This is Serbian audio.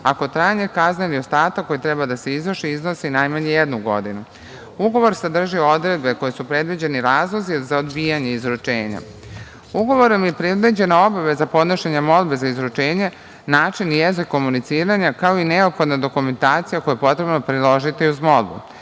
ako trajanje kazne ili ostatak koji treba da se izvrši iznosi najmanje jednu godinu. Ugovor sadrži odredbe kojima su predviđeni razlozi za odbijanje izručenja. Ugovorom je predviđena obaveza podnošenja molbe za izručenje, način i jezik komuniciranja, kao i neophodna dokumentacija koju je potrebno priložiti uz